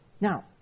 Now